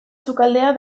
sukaldea